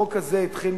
החוק הזה התחיל,